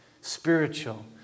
spiritual